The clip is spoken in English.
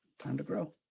time to grow.